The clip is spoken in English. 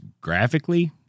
graphically